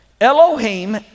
Elohim